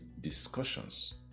discussions